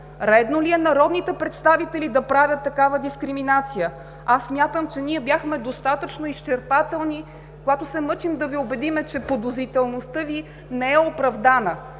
Редно ли е народните представители да правят такава дискриминация? Смятам, че ние бяхме достатъчно изчерпателни, когато се мъчим да Ви убедим, че подозрителността Ви не е оправдана.